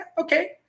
Okay